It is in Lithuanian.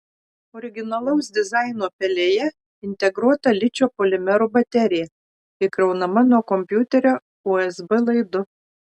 originalaus dizaino pelėje integruota ličio polimerų baterija įkraunama nuo kompiuterio usb laidu